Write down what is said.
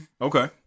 Okay